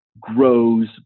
grows